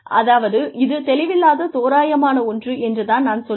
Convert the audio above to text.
அதாவது இது தெளிவில்லாத தோராயமான ஒன்று என்று தான் சொல்வேன்